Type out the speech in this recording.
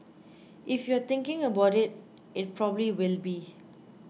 if you're thinking about it it probably will be